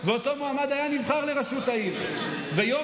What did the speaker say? ואותו מועמד היה נבחר לראשות העיר ויום